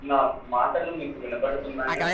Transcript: నా మాటలు మీకు వినబడుతున్నాయా